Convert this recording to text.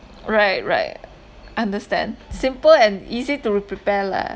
right right understand simple and easy to re~ prepare lah